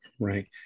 Right